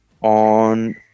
on